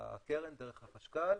לקרן דרך החשכ"ל.